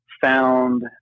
found